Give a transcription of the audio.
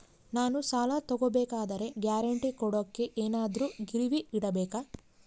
ನಾನು ಸಾಲ ತಗೋಬೇಕಾದರೆ ಗ್ಯಾರಂಟಿ ಕೊಡೋಕೆ ಏನಾದ್ರೂ ಗಿರಿವಿ ಇಡಬೇಕಾ?